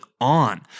on